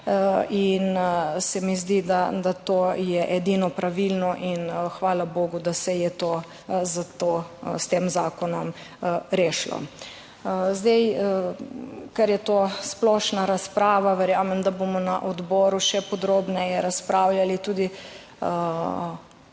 in se mi zdi, da to je edino pravilno in hvala bogu, da se je to, za to s tem zakonom rešilo. Zdaj, ker je to splošna razprava, verjamem da bomo na odboru še podrobneje razpravljali tudi